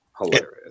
hilarious